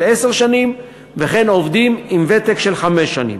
עשר שנים וכן עובדים עם ותק של חמש שנים.